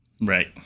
Right